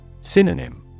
Synonym